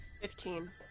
Fifteen